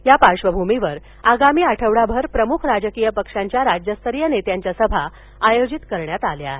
या पार्श्वभूमीवर आगामी आठवडाभरात प्रमुख राजकीय पक्षांच्या राज्यस्तरीय नेत्यांच्या सभा आयोजित करण्यात आल्या आहेत